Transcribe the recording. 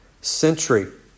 century